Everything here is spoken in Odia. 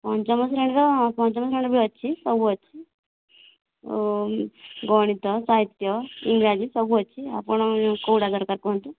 ପଞ୍ଚମ ଶ୍ରେଣୀର ପଞ୍ଚମ ଶ୍ରେଣୀର ବି ଅଛି ସବୁ ଅଛି ଗଣିତ ସାହିତ୍ୟ ଇଂରାଜୀ ସବୁ ଅଛି ଆପଣ କେଉଁଟା ଦରକାର କୁହନ୍ତୁ